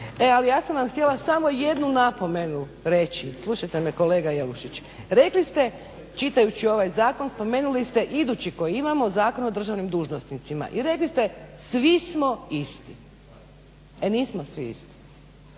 E ja sam vam htjela samo jednu napomenu reći, slušajte me kolega Jelušić. Rekli ste čitajući ovaj zakon spomenuli ste idući koji imamo Zakon o državnim dužnosnicima i rekli ste svi smo isti. E nismo svi